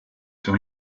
sur